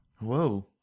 Whoa